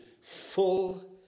full